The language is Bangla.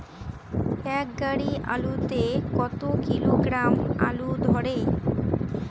এক গাড়ি আলু তে কত কিলোগ্রাম আলু ধরে?